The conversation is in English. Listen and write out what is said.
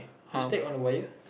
you step on a wire